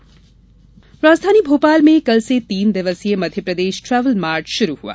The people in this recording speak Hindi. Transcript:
ट्रेवल मार्ट राजधानी भोपाल में कल से तीन दिवसीय मध्यप्रदेश ट्रेवल मार्ट शुरू हुआ